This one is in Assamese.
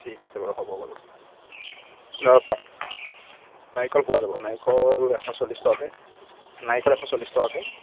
ঠিক আছে বাৰু হ'ব বাৰু নাৰিকল পোৱা যাব নাৰিকল এশ চল্লিছ টকাকৈ নাৰিকল এশ চল্লিছ টকাকৈ